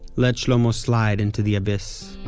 let shlomo slide into the abyss